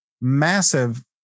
massive